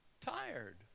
tired